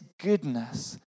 goodness